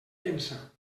pensa